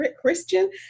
Christian